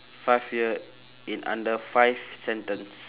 five year in under five sentence